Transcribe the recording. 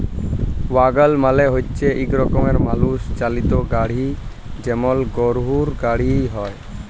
ওয়াগল মালে হচ্যে ইক রকমের মালুষ চালিত গাড়হি যেমল গরহুর গাড়হি হয়